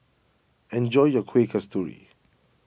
enjoy your Kueh Kasturi